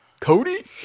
Cody